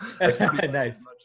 Nice